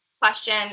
question